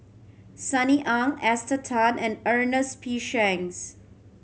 Sunny Ang Esther Tan and Ernest P Shanks